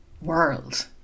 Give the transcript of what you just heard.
world